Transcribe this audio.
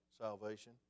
salvation